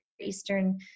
eastern